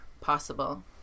possible